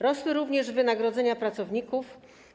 Rosły również wynagrodzenia pracowników.